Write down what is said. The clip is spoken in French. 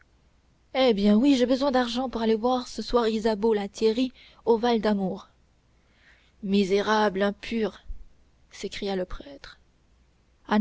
eh bien oui j'ai besoin d'argent pour aller voir ce soir isabeau la thierrye au val damour misérable impur s'écria le prêtre